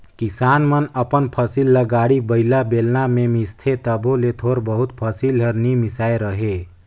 किसान मन अपन फसिल ल गाड़ी बइला, बेलना मे मिसथे तबो ले थोर बहुत फसिल हर नी मिसाए रहें